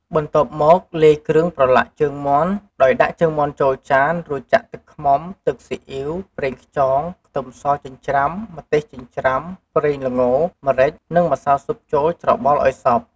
បន្ទាប់មកលាយគ្រឿងប្រឡាក់ជើងមាន់ ដោយដាក់ជើងមាន់ចូលចាន រួចចាក់ទឹកឃ្មុំ ទឹកស៊ីអ៉ីវ ប្រេងខ្យង ខ្ទឹមសចិញ្ច្រាំ ម្ទេសចិញ្ច្រាំ ប្រេងល្ង ម្រេច និងម្សៅស៊ុបចូលច្របល់ឱ្យសព្វ។